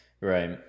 right